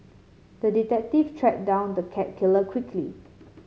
the detective tracked down the cat killer quickly